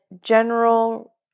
general